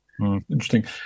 Interesting